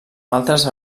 altres